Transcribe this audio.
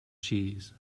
cheese